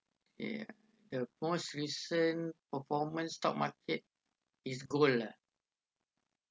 eh the most recent performance stock market is gold lah